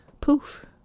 poof